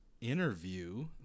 interview